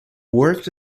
worked